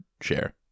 share